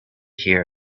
hear